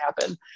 happen